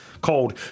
called